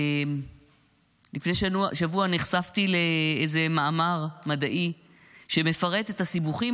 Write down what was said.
לפני שבוע נחשפתי לאיזה מאמר מדעי שמפרט את הסיבוכים